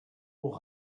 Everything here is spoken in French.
pour